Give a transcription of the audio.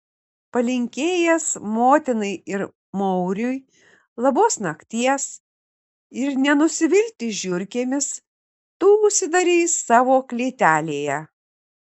palinkėjęs motinai ir mauriui labos nakties ir nenusivilti žiurkėmis tu užsidarei savo klėtelėje